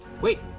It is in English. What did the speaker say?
Wait